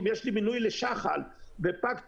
אם יש לי מינוי לשח"ל ופג תוקף,